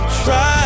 try